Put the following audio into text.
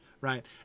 Right